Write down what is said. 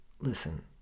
Listen